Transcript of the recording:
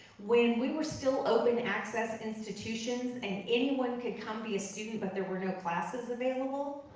when we were still open access institutions, and anyone could come be a student but there were no classes available.